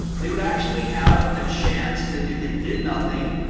they would actually have a chance that if they did nothing,